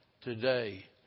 today